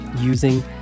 using